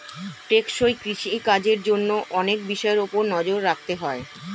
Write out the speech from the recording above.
টেকসই কৃষি কাজের জন্য অনেক বিষয়ের উপর নজর রাখতে হয়